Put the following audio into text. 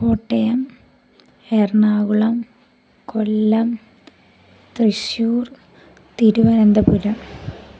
Kottayam Ernakulam Kollam Thrissur Thiruvananthapuram